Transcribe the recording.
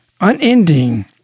unending